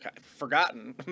forgotten